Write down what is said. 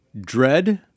Dread